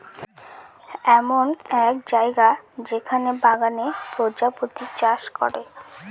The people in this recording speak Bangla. এমন এক জায়গা যেখানে বাগানে প্রজাপতি চাষ করে